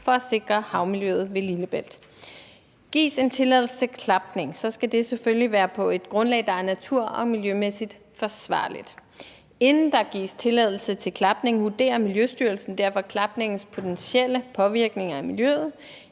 for at sikre havmiljøet i Lillebælt. Gives en tilladelse til klapning, skal det selvfølgelig være på et grundlag, der er natur- og miljømæssigt forsvarligt. Inden der gives tilladelse til klapning, vurderer Miljøstyrelsen derfor klapningens potentielle påvirkning af miljøet.